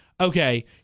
okay